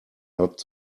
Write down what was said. not